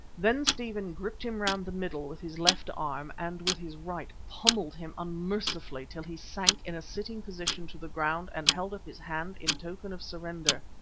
then stephen gripped him round the middle with his left arm and with his right pommelled him unmercifully till he sank in a sitting position to the ground and held up his hand in token of surrender.